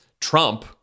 Trump